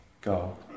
go